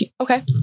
Okay